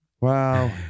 Wow